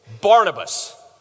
Barnabas